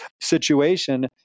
situation